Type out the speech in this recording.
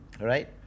Right